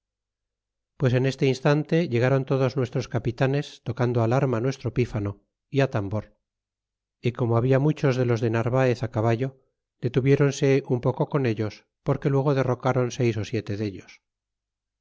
pues en este instante llegaron todos nuestros capitanes tocando al arma nuestro pífano y atambor y como habla muchos de los de narvaez caballo detuviéronse un poco con ellos porque luego derrocaron seis ó siete dellos